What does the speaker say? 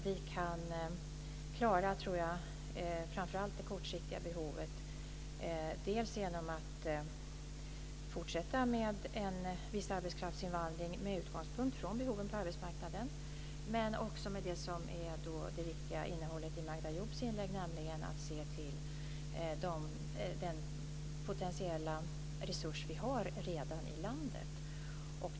Vi kan klara framför allt det kortsiktiga behovet genom att fortsätta med en viss arbetskraftsinvandring med utgångspunkt i behoven på arbetsmarknaden men också i det som är det viktiga innehållet i Magda Ayoubs inlägg, nämligen att se till den potentiella resurs vi redan har i landet.